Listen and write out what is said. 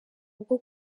bwo